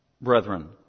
brethren